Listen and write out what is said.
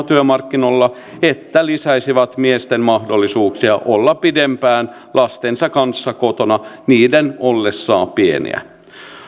työmarkkinoilla että lisäisivät miesten mahdollisuuksia olla pidempään lastensa kanssa kotona niiden ollessa pieniä